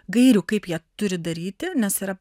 gairių kaip jie turi daryti nes yra